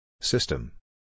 System